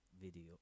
video